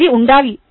ఇది ఉండాలి